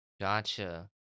Gotcha